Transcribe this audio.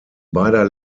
beider